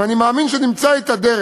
ואני מאמין שנמצא את הדרך.